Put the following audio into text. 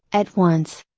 at once.